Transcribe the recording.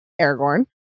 Aragorn